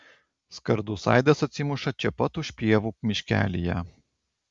skardus aidas atsimuša čia pat už pievų miškelyje